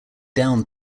down